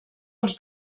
els